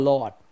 Lord